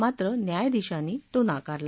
मात्र न्यायाधीशांनी तो नाकारला